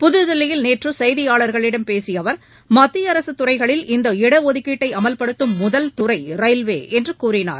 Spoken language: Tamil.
புதுதில்லியில் நேற்று செய்தியாளர்களிடம் பேசிய அவர் மத்திய அரசுத் துறைகளில் இந்த இடஒதுக்கீட்டை அமல்படுத்தும் முதல் துறை ரயில்வே என்று கூறினார்